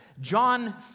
John